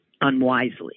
unwisely